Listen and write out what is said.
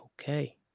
Okay